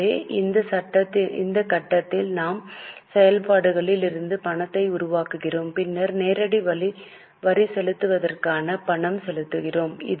எனவே இந்த கட்டத்தில் நாம் செயல்பாடுகளில் இருந்து பணத்தை உருவாக்குகிறோம் பின்னர் நேரடி வரி செலுத்துதலுக்கான பணம் செலுத்துகிறோம்